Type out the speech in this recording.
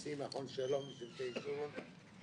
נשיא מכון שלום לשבטי ישורון,